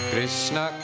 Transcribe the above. Krishna